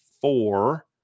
four